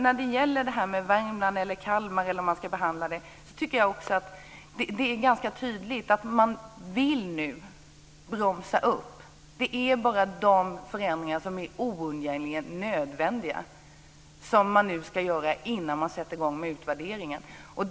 När det gäller hur man ska behandla Värmland eller Kalmar tycker jag att det är ganska tydligt att man vill bromsa upp. Det är bara de förändringar som är oundgängligen nödvändiga som man nu ska göra innan man sätter i gång med utvärderingen.